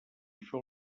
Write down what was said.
això